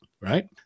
right